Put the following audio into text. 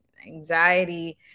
anxiety